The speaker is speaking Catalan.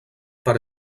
per